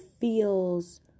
feels